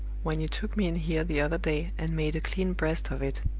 when you took me in here the other day, and made a clean breast of it?